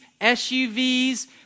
SUVs